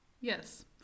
Yes